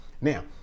now